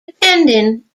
depending